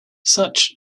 such